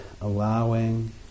allowing